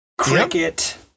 Cricket